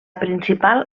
principal